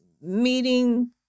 meeting